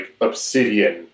obsidian